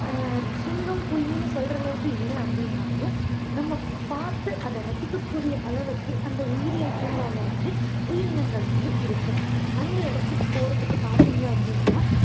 சிங்கம் புலின்னு சொல்கிற அளவுக்கு இல்லை அப்படின்னாலும் நம்ம பார்த்து அதை ரசிக்கக்கூடிய அளவுக்கு அந்த உயிரியல் பூங்காவில் வந்து உயிரினங்கள் வந்து இருக்குது அந்த இடத்துக்கு போகிறதுக்கு பார்த்திங்க அப்படின்னா